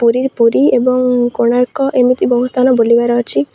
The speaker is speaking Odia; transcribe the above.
ପୁରୀ ପୁରୀ ଏବଂ କୋଣାର୍କ ଏମିତି ବହୁତ ସ୍ଥାନ ବୁଲିବାର ଅଛି